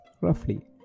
roughly